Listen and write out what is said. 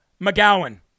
McGowan